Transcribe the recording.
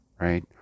right